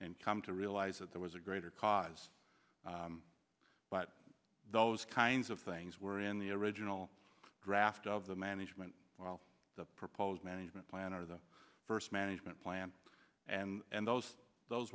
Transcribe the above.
and come to realize that there was a greater cause but those kinds of things were in the original draft of the management well the proposed management plan or the first management plan and those those